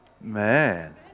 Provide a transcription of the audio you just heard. Man